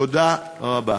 תודה רבה.